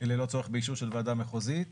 ללא צורך באישור של ועדה מחוזית,